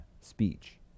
speech